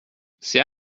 c’est